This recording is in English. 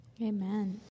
Amen